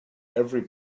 every